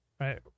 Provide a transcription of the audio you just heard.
Right